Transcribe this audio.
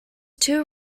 too